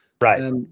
Right